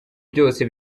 byose